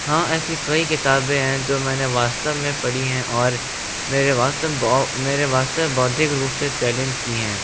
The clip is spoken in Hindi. हाँ ऐसी कई किताबे हैं जो मैंने वास्तव में पढ़ी हैं और मेरे वास्तव में मेरे वास्तव भौतिक रूप से चैलेंज की हैं